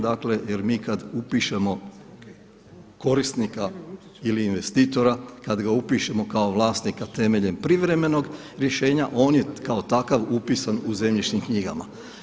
Dakle, jer mi kad upišemo korisnika ili investitora, kad ga upišemo kao vlasnika temeljem privremenog rješenja on je kao takav upisan u zemljišnim knjigama.